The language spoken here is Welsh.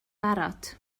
barod